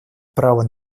права